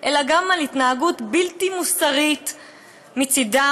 אלא גם על התנהגות בלתי מוסרית מצידם,